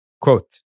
Quote